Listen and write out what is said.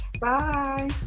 Bye